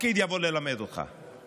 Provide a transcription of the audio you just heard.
פקיד יבוא ללמד אותך.